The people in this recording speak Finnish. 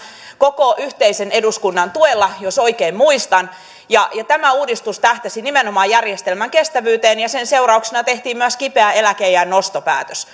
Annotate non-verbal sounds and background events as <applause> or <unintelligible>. koko yhteisen eduskunnan tuella jos oikein muistan tämä uudistus tähtäsi nimenomaan järjestelmän kestävyyteen ja sen seurauksena tehtiin myös kipeä eläkeiän nostopäätös <unintelligible>